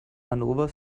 hannover